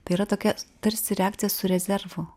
tai yra tokia tarsi reakcija su rezervu